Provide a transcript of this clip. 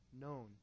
known